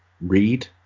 read